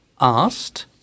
asked